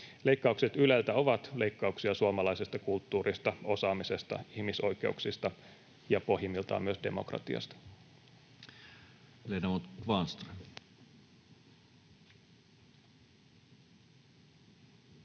Leikkaukset Yleltä ovat leikkauksia suomalaisesta kulttuurista, osaamisesta, ihmisoikeuksista ja pohjimmiltaan myös demokratiasta.